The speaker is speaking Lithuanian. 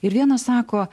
ir vienas sako